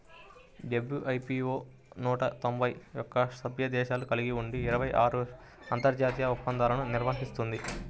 WIPO నూట తొంభై ఒక్క సభ్య దేశాలను కలిగి ఉండి ఇరవై ఆరు అంతర్జాతీయ ఒప్పందాలను నిర్వహిస్తుంది